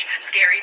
scary